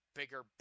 bigger